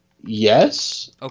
yes